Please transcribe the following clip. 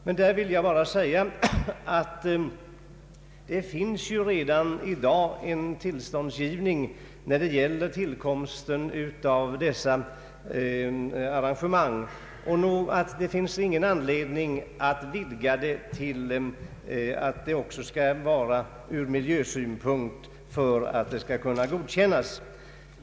Jag vill bara säga att det ju redan i dag finns en tillståndsgivning när det gäller tillkomsten av vägar och flygplatser, och det finns därför ingen anledning att vidga tillståndsplikten enligt miljöskyddslagen på det sätt som här föreslagits.